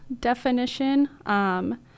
definition